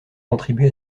contribué